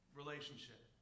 relationship